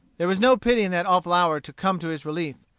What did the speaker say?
there was no pity in that awful hour to come to his relief.